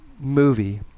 movie